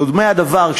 דומה הדבר,